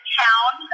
town